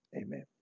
Amen